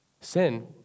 Sin